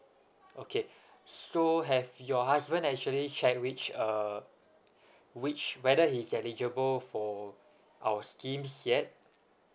okay so have your husband actually check which uh which whether he's eligible for our schemes yet